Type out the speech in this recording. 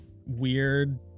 weird